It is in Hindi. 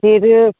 फिर